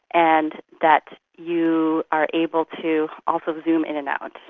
and that you are able to also zoom in and out,